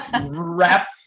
wrap